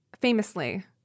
famously